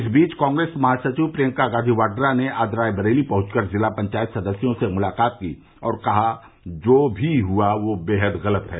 इस बीच कांग्रेस महासचिव प्रियंका गांवी वाड्रा ने आज रायबरेली पहुंच कर जिला पंचायत सदस्यों से मुलाकात की और कहा कि जो भी हुआ वह बेहद गलत है